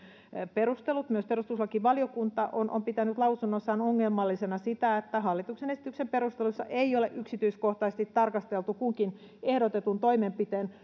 perustelut myös perustuslakivaliokunta on on pitänyt lausunnossaan ongelmallisena sitä että hallituksen esityksen perusteluissa ei ole yksityiskohtaisesti tarkasteltu kunkin ehdotetun toimenpiteen